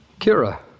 Kira